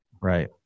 Right